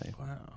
Wow